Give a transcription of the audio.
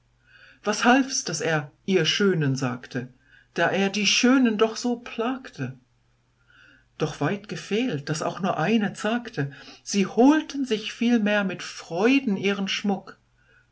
was halfs daß er ihr schönen sagte da er die schönen doch so plagte doch weit gefehlt daß auch nur eine zagte so holten sie vielmehr mit freuden ihren schmuck